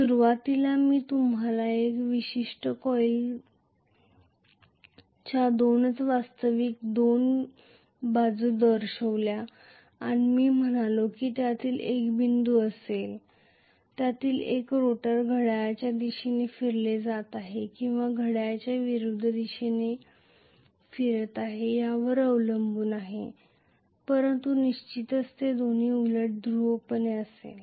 सुरुवातीला मी तुम्हाला एका विशिष्ट कॉइलच्या दोनच वास्तविक दोन बाजू दर्शविल्या आणि मी म्हणालो की त्यातील एक बिंदू असेल त्यातील एक रोटर घड्याळाच्या दिशेने फिरला जात आहे किंवा घड्याळाच्या विरूद्ध दिशेने फिरत आहे यावर अवलंबून आहे परंतु निश्चितच ते दोन्ही उलट ध्रुव असेल